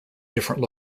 different